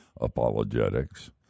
apologetics